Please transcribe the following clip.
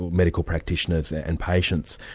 medical practitioners, and patients.